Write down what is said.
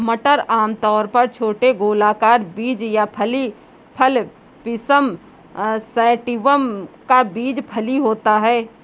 मटर आमतौर पर छोटे गोलाकार बीज या फली फल पिसम सैटिवम का बीज फली होता है